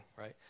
right